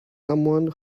someone